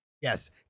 yes